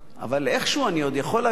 אבל איכשהו אני עוד יכול להבין,